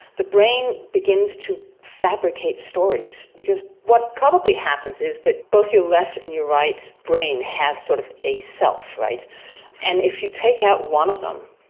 the brain begins to fabricate stories, because what probably happens is that both your left and your right brain has sort of a self. and if you take out one of them,